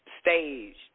staged